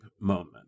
moment